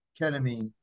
ketamine